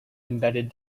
embedded